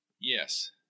Yes